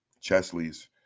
Chesley's